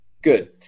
Good